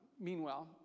meanwhile